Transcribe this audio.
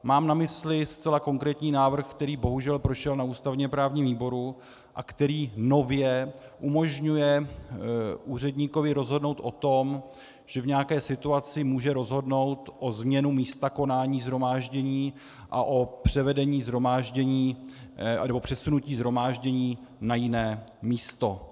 Mám na mysli zcela konkrétní návrh, který bohužel prošel na ústavněprávním výboru a který nově umožňuje úředníkovi rozhodnout o tom, že v nějaké situaci může rozhodnout o změně místa konání shromáždění a o převedení shromáždění nebo přesunutí shromáždění na jiné místo.